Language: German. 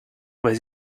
weil